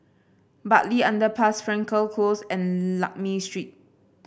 Bartley Underpass Frankel Close and Lakme Street